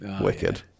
Wicked